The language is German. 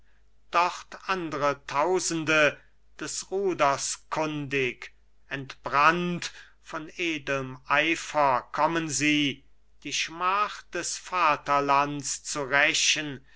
dort andre tausende des ruders kundig entbrannt von edlem eifer kommen sie die schmach des vaterlands zu rächen